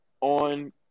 on